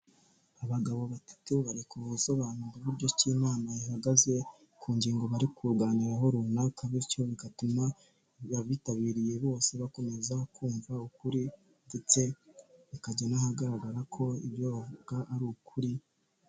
Abagabo batatu, bari ku busobanura uburyo ki inama ihagaze, ku ngingo bari kuganiraho runaka, bityo bigatuma abitabiriye bose bakomeza kumva ukuri, ndetse bikajya n'ahagaragara ko ibyo bavuga ari ukuri.